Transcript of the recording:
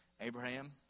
Abraham